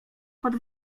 pod